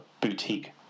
boutique